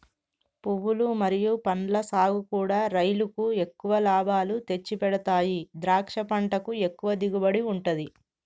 పువ్వులు మరియు పండ్ల సాగుకూడా రైలుకు ఎక్కువ లాభాలు తెచ్చిపెడతాయి ద్రాక్ష పంటకు ఎక్కువ దిగుబడి ఉంటది